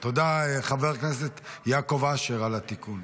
תודה, חבר הכנסת יעקב אשר, על התיקון.